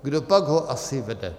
Kdopak ho asi vede?